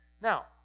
Now